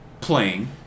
playing